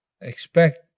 expect